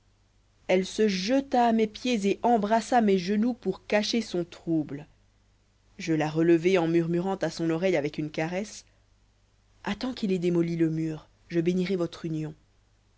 elle se jeta à mes pieds et embrassa mes genoux pour cacher son trouble je la relevai en murmurant à son oreille avec une caresse attends qu'il ait démoli le mur je bénirai votre union